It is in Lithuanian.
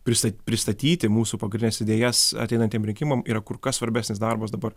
prista pristatyti mūsų pagrindines idėjas ateinantiem rinkimam yra kur kas svarbesnis darbas dabar